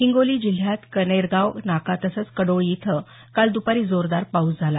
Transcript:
हिंगोली जिल्ह्यात कनेरगाव नाका तसंच कडोळी इथं काल दुपारी जोरदार पाऊस झाला